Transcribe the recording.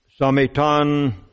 Samitan